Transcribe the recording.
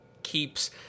keeps